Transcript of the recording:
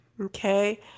Okay